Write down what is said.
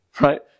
right